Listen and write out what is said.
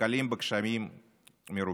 נתקלים בקשיים מרובים.